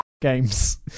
games